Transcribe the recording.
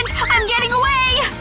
i'm i'm getting away!